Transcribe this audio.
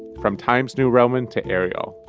from times new roman to arial.